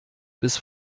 bis